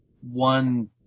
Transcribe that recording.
one